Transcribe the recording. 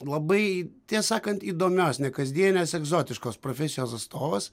labai tie sakant įdomios nekasdienės egzotiškos profesijos atstovas